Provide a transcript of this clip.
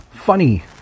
Funny